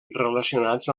relacionats